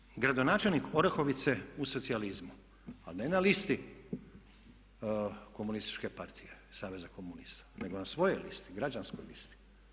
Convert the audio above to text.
On je bio gradonačelnik Orahovice u socijalizmu ali ne na listi Komunističke partije Saveza komunista nego na svojoj listi, građanskoj listi.